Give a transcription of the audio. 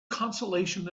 consolation